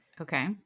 Okay